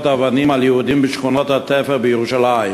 האבנים על יהודים בשכונות התפר בירושלים: